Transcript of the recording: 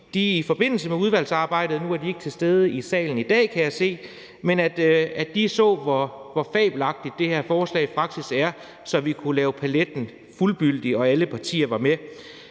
i forbindelse med udvalgsarbejdet – de er ikke til stede i salen i dag, kan jeg se – så, hvor fabelagtigt det her forslag faktisk er, så vi kunne fuldbyrde paletten ved, at alle partier var med.